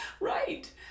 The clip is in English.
Right